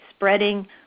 spreading